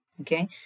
okay